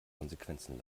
konsequenzen